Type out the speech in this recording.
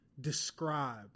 describe